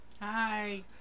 Hi